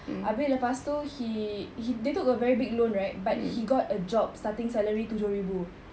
abeh lepas tu he he they took a very big loan right but he got a job starting salary tujuh ribu